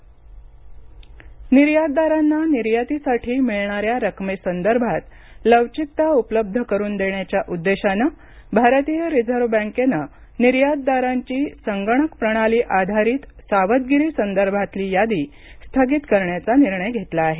reserve bank निर्यातदारांना निर्यातीसाठी मिळणाऱ्या रकमेसंदर्भात लवचिकता उपलब्ध करून देण्याच्या उद्देशानं भारतीय रिझर्व बँकेनं निर्यातदारांची संगणक प्रणाली आधारित सावधगिरी संदर्भातील यादी स्थगित करण्याचा निर्णय घेतला आहे